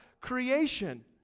creation